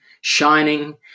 shining